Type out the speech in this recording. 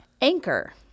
Anchor